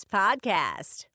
podcast